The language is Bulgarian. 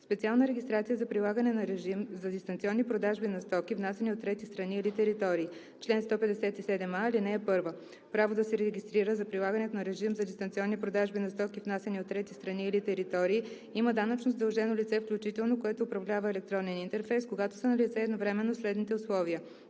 Специална регистрация за прилагане на режим за дистанционни продажби на стоки, внасяни от трети страни или територии Чл. 157а. (1) Право да се регистрира за прилагането на режим за дистанционни продажби на стоки, внасяни от трети страни или територии, има данъчно задължено лице, включително което управлява електронен интерфейс, когато са налице едновременно следните условия: